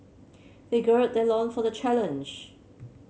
they gird their loin for the challenge